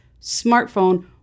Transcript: smartphone